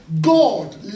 God